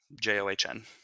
j-o-h-n